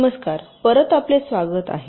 नमस्कार परत आपले स्वागत आहे